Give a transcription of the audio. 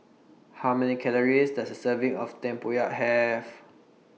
How Many Calories Does A Serving of Tempoyak Have